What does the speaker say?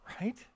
right